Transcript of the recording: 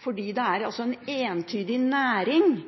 en entydig næring